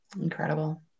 Incredible